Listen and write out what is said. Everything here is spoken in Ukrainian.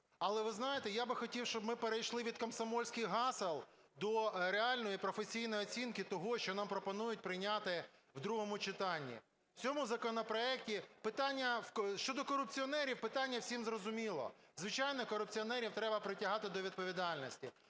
Але, ви знаєте, я би хотів, щоб ми перейшли від комсомольських гасел до реальної професійної оцінки того, що нам пропонують прийняти в другому читанні. В цьому законопроекті питання... щодо корупціонерів – питання всім зрозуміле: звичайно, корупціонерів треба притягати до відповідальності.